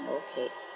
okay